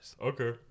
Okay